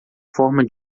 forma